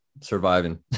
surviving